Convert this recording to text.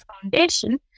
Foundation